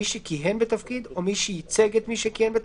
מי שכיהן בתפקיד או מי שייצג את מי שכיהן בתפקיד,